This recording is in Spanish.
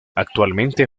actualmente